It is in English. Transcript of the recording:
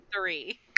three